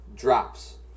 drops